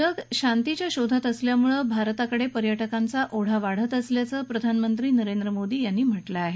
जग शांतीच्या शोधात असल्यामुळे भारताकडे पर्यटकांचा ओढा वाढत असल्याचं प्रधानमंत्री नरेंद्र मोदी यांनी म्हटलं आहे